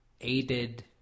aided